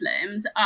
Muslims